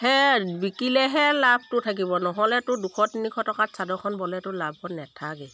সেয়ে বিকিলেহে লাভটো থাকিব নহ'লেতো দুশ তিনিশ টকাত চাদৰখন বোলেতো লাভ নাথাকে